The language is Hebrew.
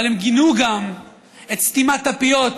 אבל הם גינו גם את סתימת הפיות,